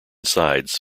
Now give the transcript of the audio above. sides